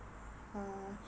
uh